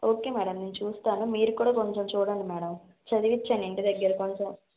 okay madam నేను చూస్తాను మీరు కూడా కొంచెం చూడండి మేడం చదివించండి ఇంటిదగ్గర కొంచెం